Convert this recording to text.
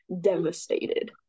Devastated